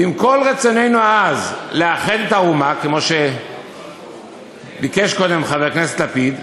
ועם כל רצוננו העז לאחד את האומה" כמו שביקש קודם חבר הכנסת לפיד,